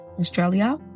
Australia